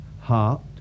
heart